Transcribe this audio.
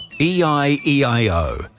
E-I-E-I-O